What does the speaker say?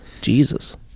jesus